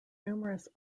numerous